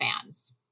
fans